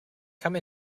come